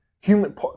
human